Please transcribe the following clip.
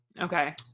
Okay